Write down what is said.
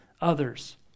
others